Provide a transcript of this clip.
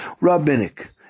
rabbinic